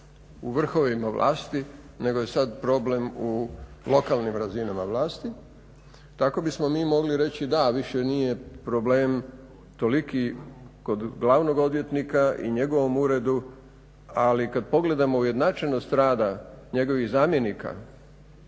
u vrhovima vlasti nego je sada problem u lokalnim razinama vlasti, tako bismo mogli reći da više nije problem toliki kod glavnog odvjetnika i njegovom uredu, ali kada pogledamo ujednačenost rada njegovih zamjenika